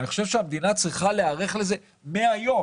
אני חושב שהמדינה צריכה להיערך לזה מהיום,